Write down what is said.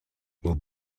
will